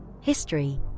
history